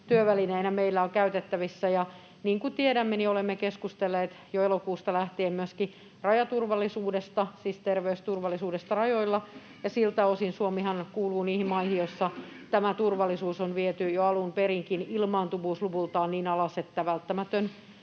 työvälineinä meillä on käytettävissä. Niin kuin tiedämme, olemme keskustelleet jo elokuusta lähtien myöskin rajaturvallisuudesta, siis terveysturvallisuudesta rajoilla, ja siltä osinhan Suomi kuuluu niihin maihin, joissa tämä turvallisuus on viety jo alun perinkin ilmaantuvuusluvultaan niin alas, että välttämätön